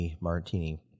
Martini